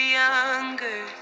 younger